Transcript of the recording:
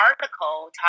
article